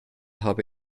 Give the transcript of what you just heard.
habe